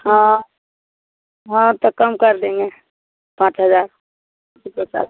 हाँ हाँ तो कम कर देंगे पाँच हज़ार उसी के साथ